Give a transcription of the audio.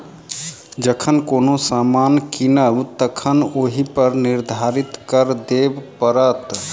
जखन कोनो सामान कीनब तखन ओहिपर निर्धारित कर देबय पड़त